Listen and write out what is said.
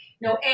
no